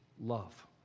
Love